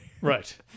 Right